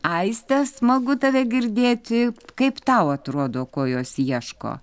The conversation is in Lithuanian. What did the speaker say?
aiste smagu tave girdėti kaip tau atrodo ko jos ieško